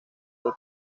del